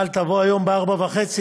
אבל תבוא היום ב-16:30,